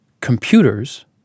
computers